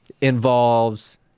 involves